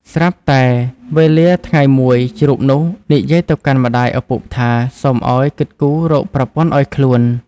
ស្រាប់តែវេលាថ្ងៃមួយ ជ្រូកនោះនិយាយទៅកាន់ម្ដាយឪពុកថា សូមឱ្យគិតគូររកប្រពន្ធឱ្យខ្លួន។